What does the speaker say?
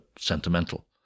sentimental